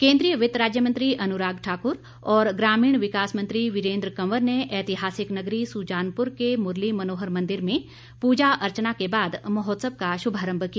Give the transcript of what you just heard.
केन्द्रीय वित्त राज्य मंत्री अनुराग ठाकुर और ग्रामीण विकास मंत्री वीरेन्द्र कवेर ने ने ऐतिहासिक नगरी सुजानपुर के मुरली मनोहर मंदिर में पूजा अर्चना के बाद महोत्सव का शुभारंभ किया